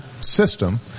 system